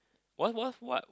what what what